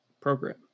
program